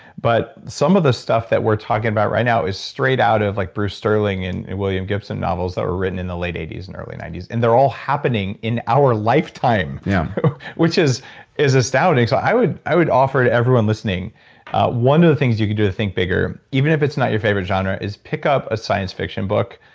but some of the stuff that we're talking about right now is straight out of like bruce sterling and william gibson novels that were written in the late eighties and early nineties, and they're all happening in our lifetime yeah which is is astounding. so i would i would offer to everyone listening one of the things you can do to think bigger, even if it's not your favorite genre, is pick up a science fiction book.